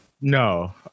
no